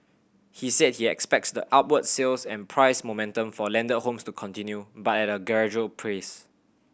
he said he expects the upward sales and price momentum for landed homes to continue but at a gradual pace